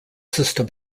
system